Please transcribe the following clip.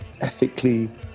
ethically